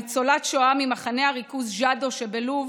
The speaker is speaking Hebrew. ניצולת שואה ממחנה הריכוז ג'אדו שבלוב,